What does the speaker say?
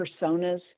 personas